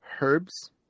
herbs